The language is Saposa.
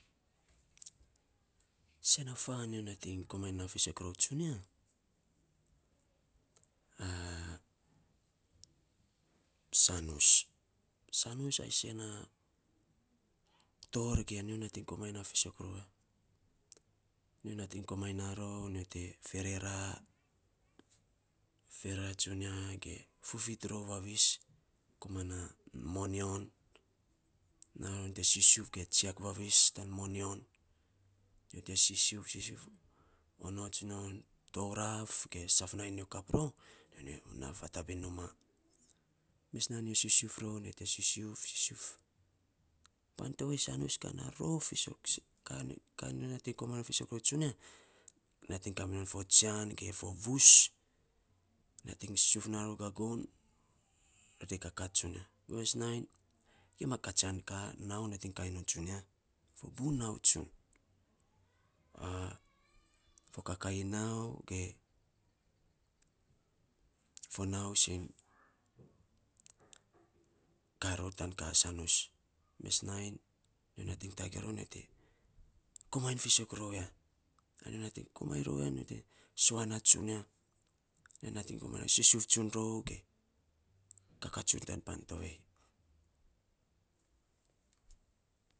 Sen a fan nyo nating kamainy fisok ror tsunia sanus. Sanus a isen a tor go nyo nating komainy na fisok rou ya. Nyo nating komainy na rou nyo te ferera ferera tsunia ge fufuit rou vavis komana monyonr rau nyo te sisiuf na rou nyo te sisuf ge tsiak vavis tau monyon nyo te sisiuf onots non onot non tourat ge sau nainy rom an nyo na fatabin unya numa. Mes nainy to te sisiot sisuf pan tovei kan sanus rof fisok. Ka nyo nating komainy fisok rou tsunia, nating kaminon fo jian ge fo vuus nating siuv na non gagon ai te kaka tsunia mes nainy, kia ma katsina nau nating kainy nou tsunia fo buiny nau tsun fo kakaii nau ge fo nau se ka ror ka sanus mes nainy nyo nating rou. Nyo te komainy fisok rou ya. Nyo komamy fisok ya. Nyo nating komainy rou ya na nyo nating sue na nyo te sisuf tsun rou ge kaka tsun tan pan tovei.